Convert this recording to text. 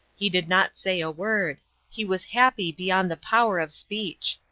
he did not say a word he was happy beyond the power of speech.